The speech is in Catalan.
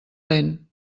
lent